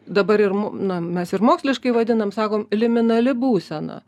dabar ir mu na mes ir moksliškai vadinam sakom liminali būsena